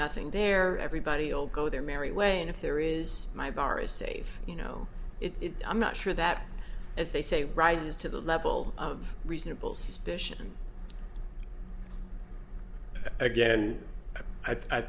nothing there everybody old go their merry way and if there is my bar is safe you know it i'm not sure that as they say rises to the level of reasonable suspicion again i